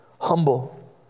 humble